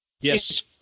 Yes